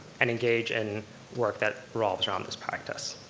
and engage in work that revolves around this practice.